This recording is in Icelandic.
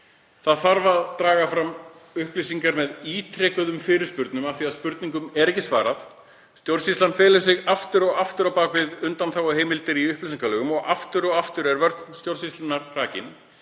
sem draga þarf fram upplýsingar með ítrekuðum fyrirspurnum af því að spurningum er ekki svarað. Stjórnsýslan felur sig aftur og aftur á bak við undanþáguheimildir í upplýsingalögum og aftur og aftur er sú vörn stjórnsýslunnar hrakin.